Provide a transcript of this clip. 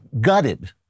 gutted